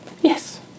Yes